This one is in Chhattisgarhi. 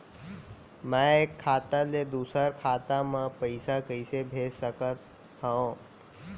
मैं एक खाता ले दूसर खाता मा पइसा कइसे भेज सकत हओं?